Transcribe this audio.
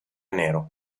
nero